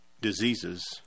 diseases